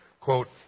quote